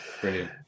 Brilliant